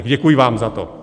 Děkuji vám za to.